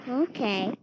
okay